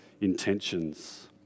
intentions